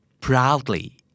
Proudly